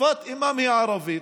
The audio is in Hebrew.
שפת אימם היא ערבית,